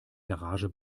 garage